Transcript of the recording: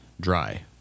dry